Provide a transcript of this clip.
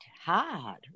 hard